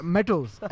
Metals